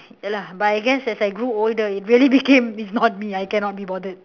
ya lah but I guess as I grew older it really became it's not me I cannot be bothered